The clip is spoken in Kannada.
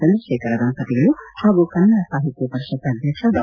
ಚಂದ್ರಶೇಖರ ದಂಪತಿಗಳು ಹಾಗೂ ಕನ್ನಡ ಸಾಹಿತ್ಯ ಪರಿಷತ್ ಅಧ್ಯಕ್ಷ ಡಾ